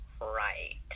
Right